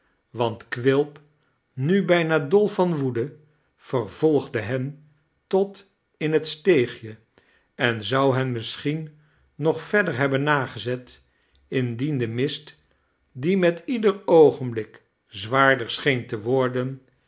want quilp nu bijna dol van woede vervolgde hen tot in het steegje en zou hen misschien nog verder hebben nagezet indien de mist die met ieder oogenblik zwaarder scheen te worden